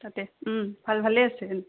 তাতে ভাল ভালেই আছে